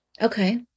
okay